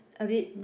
a bit